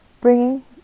bringing